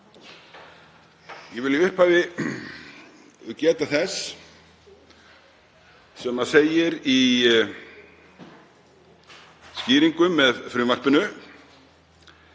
Ég vil í upphafi geta þess sem segir í skýringum með frumvarpinu,